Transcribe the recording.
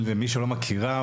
על מי שלא מכירה,